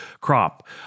crop